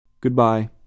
Goodbye